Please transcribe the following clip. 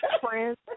friends